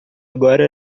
agora